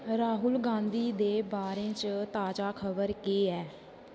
राहुल गांधी दे बारे च ताजा खबर केह् ऐ